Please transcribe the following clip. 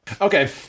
Okay